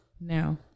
now